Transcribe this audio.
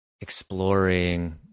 exploring